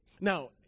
Now